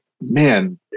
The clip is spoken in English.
man